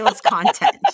content